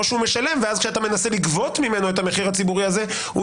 או שהוא משלם ואז כשאתה מנסה לגבות ממנו את המחיר הציבורי הזה הוא